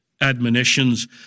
admonitions